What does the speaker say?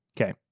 Okay